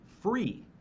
free